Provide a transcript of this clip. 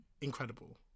Incredible